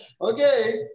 Okay